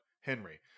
Henry